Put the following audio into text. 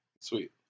Sweet